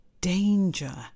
danger